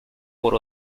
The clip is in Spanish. por